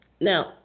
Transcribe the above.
Now